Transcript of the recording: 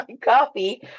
coffee